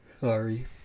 sorry